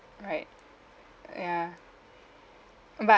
right ya but